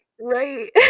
Right